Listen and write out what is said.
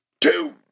Two